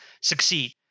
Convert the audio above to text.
succeed